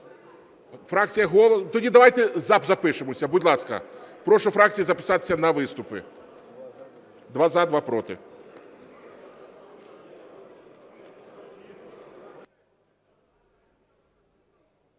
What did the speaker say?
Тоді давайте запишемося. Будь ласка, прошу фракції записатися на виступи: два – за, два – проти.